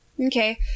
Okay